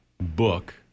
book